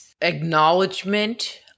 acknowledgement